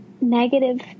negative